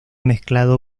mezclado